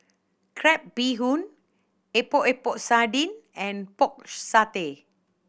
crab bee hoon Epok Epok Sardin and Pork Satay